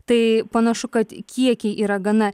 tai panašu kad kiekiai yra gana